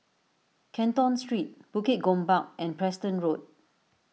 Canton Street Bukit Gombak and Preston Road